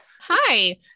Hi